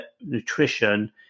nutrition